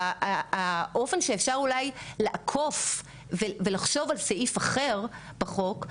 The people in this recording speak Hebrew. האופן שאפשר אולי לעקוף ולחשוב על סעיף אחר בחוק,